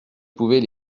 pouvait